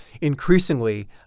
increasingly